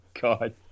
God